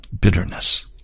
bitterness